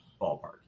ballpark